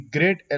Great